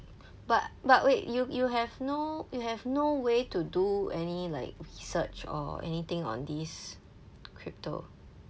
but but wait you you have no you have no way to do any like research or anything on this crypto